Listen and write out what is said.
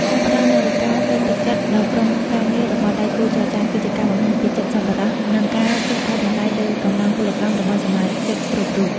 ការផ្តល់នូវការលើកទឹកចិត្តដល់ក្រុមការងាររបស់ដៃគូចរចា គឺជាការបង្ហាញពីចិត្តសប្បុរស និងការចេះឱ្យតម្លៃលើកម្លាំងពលកម្មរបស់សមាជិកគ្រប់រូប។